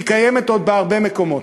והיא קיימת עוד בהרבה מקומות.